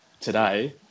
today